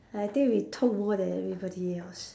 I think we talk more than everybody else